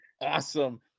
awesome